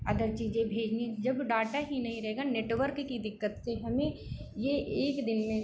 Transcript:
other चीज़ें भेजनी जब डाटा ही नहीं रहेगा नेटवर्क की दिक्कत से हमें ये एक दिन में